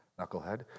knucklehead